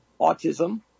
autism